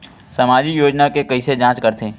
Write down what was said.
सामाजिक योजना के कइसे जांच करथे?